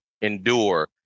endure